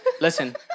Listen